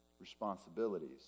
responsibilities